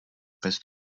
pes